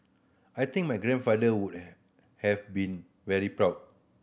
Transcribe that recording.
I think my grandfather would have been very proud